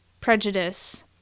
prejudice